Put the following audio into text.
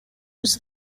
was